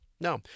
No